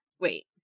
Wait